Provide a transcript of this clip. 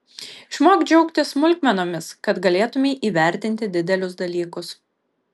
išmok džiaugtis smulkmenomis kad galėtumei įvertinti didelius dalykus